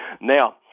Now-